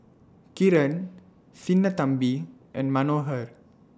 Kiran Sinnathamby and Manohar